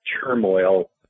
turmoil